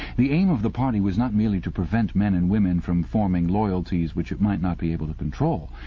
the aim of the party was not merely to prevent men and women from forming loyalties which it might not be able to control.